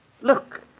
Look